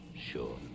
Sure